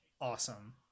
awesome